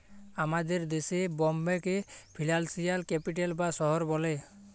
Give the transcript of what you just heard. আমাদের দ্যাশে বম্বেকে ফিলালসিয়াল ক্যাপিটাল বা শহর ব্যলে